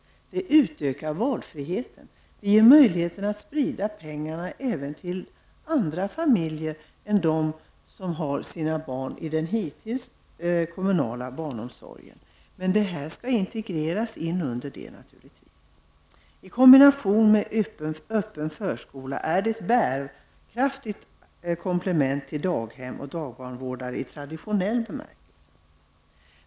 Systemet utökar valfriheten och ger möjlighet att sprida pengarna även till andra familjer än dem som har sina barn i den hittills bedrivna kommunala barnomsorgen. Vården av eget barn på dagtid skall naturligtvis integreras i denna kommunala barnomsorg. I kombination med öppen förskola är det ett bärkraftigt komplement till barndaghem och dagbarnvårdare i traditionell bemärkelse.